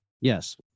Yes